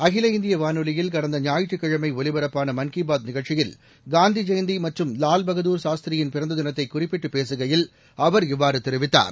அகில இந்திய வானொலியில் கடந்த ஞாயிற்றுக்கிழமை ஒலிபரப்பான மன் கீ பாத் நிகழ்ச்சியில் காந்தி ஜெயந்தி மற்றும் லால்பகதூர் சாஸ்திரியின் பிறந்த தினத்தை குறிப்பிட்டு பேசுகையில் அவர் இவ்வாறு தெரிவித்தார்